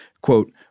Quote